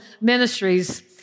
Ministries